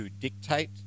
dictate